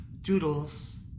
Doodles